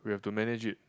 we have to manage it